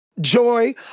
joy